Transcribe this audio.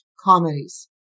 comedies